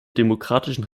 demokratischen